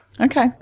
okay